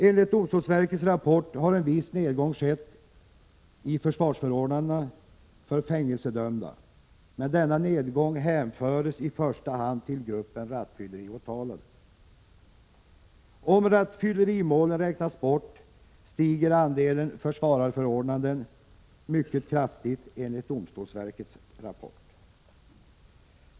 Enligt domstolsverkets rapport har en viss nedgång skett i försvararförordnanden för fängelsedömda, men denna nedgång hänföres i första hand till gruppen rattfylleriåtalade. Om rattfyllerimålen räknas bort, stiger andelen försvararförordnanden mycket kraftigt, enligt domstolsverkets rapport.